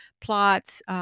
plots